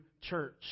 church